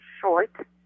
short